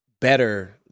Better